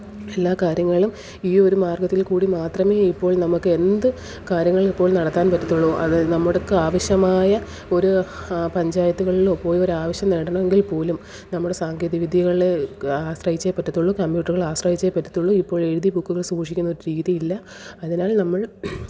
എല്ലാ കാര്യങ്ങളും ഈ ഒരു മാര്ഗത്തില് കൂടി മാത്രമേ ഇപ്പോള് നമുക്ക് എന്ത് കാര്യങ്ങള് ഇപ്പോള് നടത്താന് പറ്റത്തുള്ളു അത് നമ്മുടെ ആവശ്യമായ ഒരു പഞ്ചായത്ത്കളിലോ പോയി ഒരു ആവശ്യം നേടണമെങ്കില് പോലും നമ്മുടെ സാങ്കേതിക വിദ്യകളെ ആശ്രയിച്ചെ പറ്റത്തുള്ളു കമ്പ്യൂട്ടറുകളെ ആശ്രയിച്ചെ പറ്റത്തുള്ളു ഇപ്പോൾ എഴുതി ബുക്കുകള് സൂക്ഷിക്കുന്ന ഒരു രീതിയില്ല അതിനാല് നമ്മള്